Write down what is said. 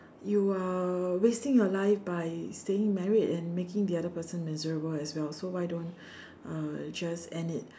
you are wasting your life by staying married and making the other person miserable as well so why don't uh just end it